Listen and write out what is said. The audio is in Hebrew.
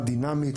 דינמית,